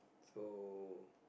so